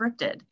scripted